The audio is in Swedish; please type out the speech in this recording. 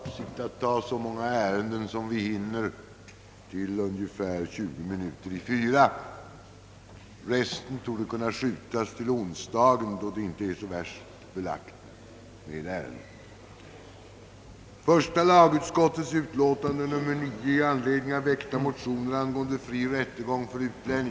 Jag har för avsikt att ta så många ärenden som vi hinner till ungefär kl. 15.40. Övriga ärenden torde kunna uppskjutas till nästa onsdag, då det inte är så värst belagt med ärenden.